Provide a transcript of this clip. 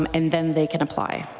um and then they can apply.